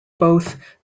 both